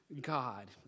God